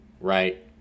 right